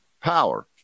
Power